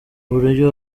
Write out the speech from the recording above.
uburyo